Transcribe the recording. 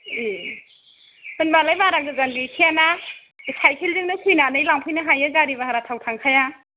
ए होनबालाय बारा गोजान गैखाया ना सायखेलजोंनो फैनानै लांफैनो हायो गारि भारहा थाव थांखाया